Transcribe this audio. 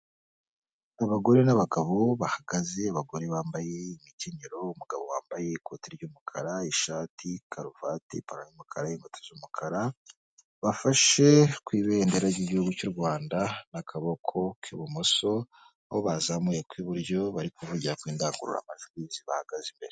Abagore n'abagabo bahagaze, abagore bambaye imikenyero, umugabo wambaye ikote ry'umukara, ishati, karuvati, impantaro y'umukara y'umukara, inkweto z'umukara, bafashe ku ibendera ry'igihugu cy'u Rwanda n'akaboko k'ibumoso aho bazamuye ak'iburyo bari kuvugira ku ndangururamajwi zibahagaze imbere.